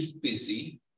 busy